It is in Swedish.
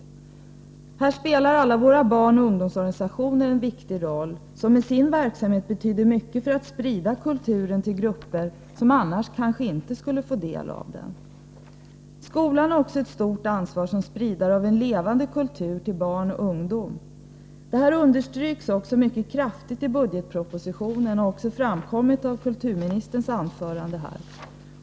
En viktig roll spelar härvidlag alla våra barnoch ungdomsorganisationer, som i sin verksamhet betyder mycket för att sprida kulturen till grupper som annars kanske inte skulle få del av den. Skolan har också ett stort ansvar som spridare av en levande kultur till barn och ungdom. Detta understryks mycket kraftigt i budgetpropositionen och har också framkommit i kulturministerns anförande här.